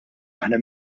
aħna